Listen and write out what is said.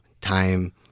time